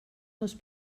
les